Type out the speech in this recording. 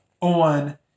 on